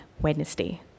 Wednesday